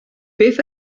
beth